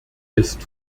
ist